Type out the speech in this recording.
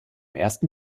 ersten